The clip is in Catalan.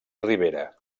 ribera